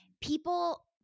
people